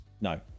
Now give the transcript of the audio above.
no